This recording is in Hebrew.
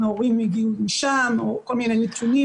ההורים הגיעו משם או כל מיני נתונים.